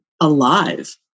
alive